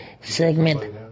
Segment